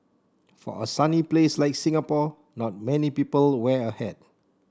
for a sunny place like Singapore not many people wear a hat